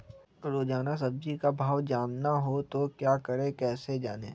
रोजाना सब्जी का भाव जानना हो तो क्या करें कैसे जाने?